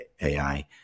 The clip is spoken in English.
AI